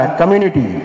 community